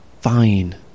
Fine